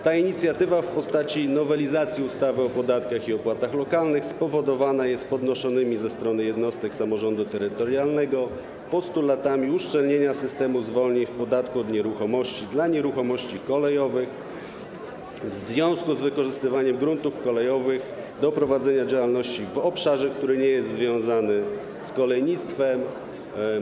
Ta inicjatywa w postaci nowelizacji ustawy o podatkach i opłatach lokalnych spowodowana jest podnoszonymi przez jednostki samorządu terytorialnego postulatami dotyczącymi uszczelnienia systemu zwolnień od podatku od nieruchomości dla nieruchomości kolejowych w związku z wykorzystywaniem gruntów kolejowych do prowadzenia działalności w obszarze, który nie jest związany z kolejnictwem.